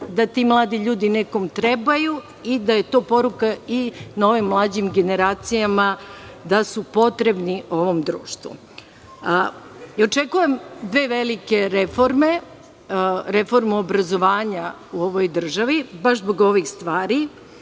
da ti mladi ljudi nekom trebaju i da je to poruka novim mlađim generacijama da su potrebni ovom društvu. Očekujem dve velike reforme. Reformu obrazovanja u ovoj državi, baš zbog ovih stvari.